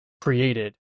created